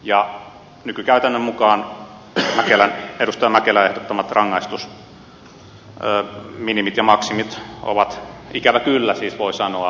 ja nykykäytännön mukaan edustaja mäkelän ehdottamat rangaistusminimit ja maksimit ovat ikävä kyllä voi sanoa nykypäivän tasoa